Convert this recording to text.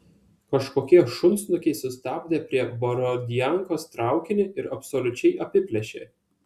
kažkokie šunsnukiai sustabdė prie borodiankos traukinį ir absoliučiai apiplėšė